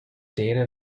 data